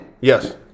yes